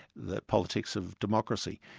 the politics of democracy.